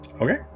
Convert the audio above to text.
Okay